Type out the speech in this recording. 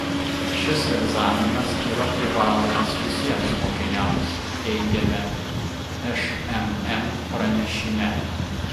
šis egzaminas yra privalomas visiems mokiniams teigiame šmm pranešime